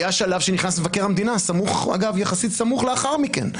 היה שלב שנכנס מבקר המדינה יחסית סמוך לאחר מכן,